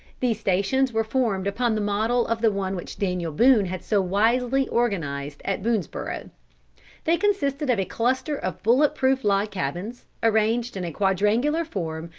these stations were formed upon the model of the one which daniel boone had so wisely organized at boonesborough they consisted of a cluster of bullet-proof log-cabins, arranged in a quadrangular form,